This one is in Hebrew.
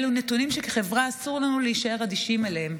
אלו נתונים שכחברה אסור לנו להישאר אדישים אליהם.